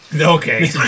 Okay